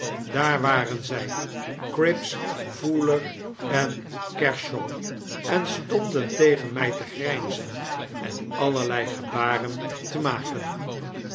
daar waren zij cripps fouler en kershaw en stonden tegen mg te grgnzen en allerlei gebaren te maken